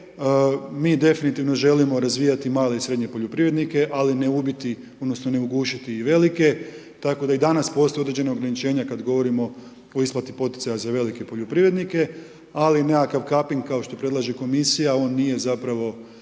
Mi definitivno želimo razvijati male i srednje poljoprivrednike, ali ne ubiti odnosno ne ugušiti i velike, tako da i danas postoje određena ograničenja kad govorimo o isplati poticaja za velike poljoprivrednike, ali nekakav caping kao što predlaže Komisija, on nije zapravo